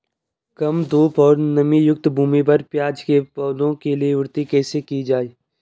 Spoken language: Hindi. कम धूप और नमीयुक्त भूमि पर प्याज़ के पौधों की वृद्धि कैसे की जाए?